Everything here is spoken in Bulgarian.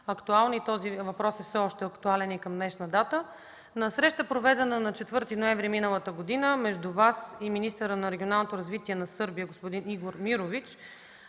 и въпросът са все още актуални и към днешна дата. На среща, проведена на 4 ноември миналата година между Вас и министъра на регионалното развитие на Сърбия господин Игор Мирович,